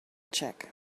check